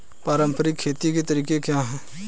पारंपरिक खेती के तरीके क्या हैं?